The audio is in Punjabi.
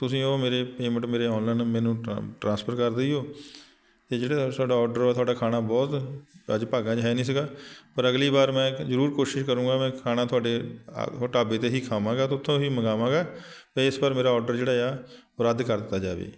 ਤੁਸੀਂ ਉਹ ਮੇਰੇ ਪੇਮੈਂਟ ਮੇਰੇ ਔਨਲਾਈਨ ਮੈਨੂੰ ਟਰਾਂ ਟਰਾਂਸਫਰ ਕਰ ਦਈਓ ਅਤੇ ਜਿਹੜਾ ਸਾਡਾ ਔਡਰ ਆ ਤੁਹਾਡਾ ਖਾਣਾ ਬਹੁਤ ਅੱਜ ਭਾਗਾਂ 'ਚ ਹੈ ਨਹੀਂ ਸੀਗਾ ਪਰ ਅਗਲੀ ਵਾਰ ਮੈਂ ਜ਼ਰੂਰ ਕੋਸ਼ਿਸ਼ ਕਰੂੰਗਾ ਮੈਂ ਖਾਣਾ ਤੁਹਾਡੇ ਆ ਹਾ ਢਾਬੇ 'ਤੇ ਹੀ ਖਾਵਾਂਗਾ ਅਤੇ ਉੱਥੋਂ ਹੀ ਮੰਗਾਵਾਂਗਾ ਤਾਂ ਇਸ ਵਾਰ ਮੇਰਾ ਔਡਰ ਜਿਹੜਾ ਹੈ ਉਹ ਰੱਦ ਕਰ ਦਿੱਤਾ ਜਾਵੇ